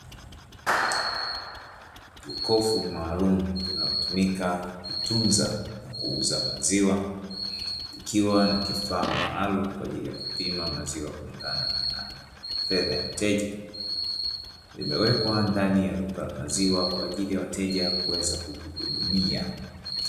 Jokofu maalum linalotumika kutunza na kuuza maziwa, likiwa na kifaa maalumu kwa ajili ya kupima maziwa kulingana na namna na fedha ya mteja, limewekwa ndani ya duka la maziwa kwaajili wa wateja kuweza kujihudumia.